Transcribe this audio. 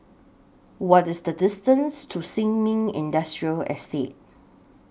What IS The distance to Sin Ming Industrial Estate